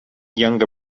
younger